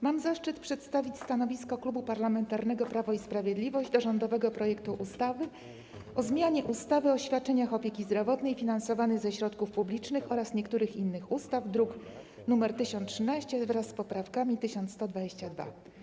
Mam zaszczyt przedstawić stanowisko Klubu Parlamentarnego Prawo i Sprawiedliwość dotyczące rządowego projektu ustawy o zmianie ustawy o świadczeniach opieki zdrowotnej finansowanych ze środków publicznych oraz niektórych innych ustaw, druk nr 1013 wraz z poprawkami, druk nr 1122.